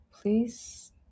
please